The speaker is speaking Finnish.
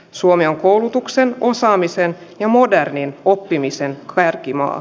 suomi on koulutuksen osaamisen ja modernin oppimisen kärkimaa